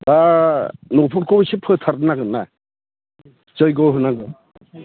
दा न'फोरखौ एसे फोथारनांगोन ना जयग' होनांगोन